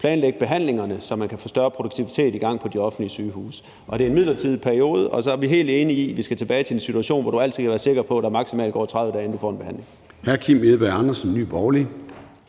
planlægge behandlingerne, så man kan få større produktivitet i gang på de offentlige sygehuse. Og det er i en midlertidig periode. Vi er helt enige i, at vi skal tilbage til en situation, hvor man altid kan være sikker på, at der maksimalt går 30 dage, inden man får en behandling. Kl. 13:49 Formanden (Søren